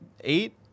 eight